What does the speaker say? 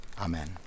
Amen